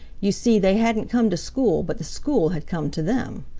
you see, they hadn't come to school but the school had come to them,